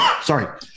Sorry